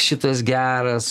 šitas geras